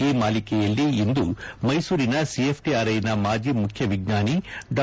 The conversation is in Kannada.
ಈ ಮಾಲಿಕೆಯಲ್ಲಿ ಇಂದು ಮೈಸೂರಿನ ಸಿಎಫ್ಟಿಆರ್ಐನ ಮಾಜಿ ಮುಖ್ಯ ವಿಜ್ಞಾನಿ ಡಾ